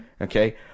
Okay